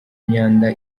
imyanda